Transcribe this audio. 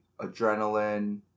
adrenaline